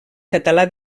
català